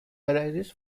arises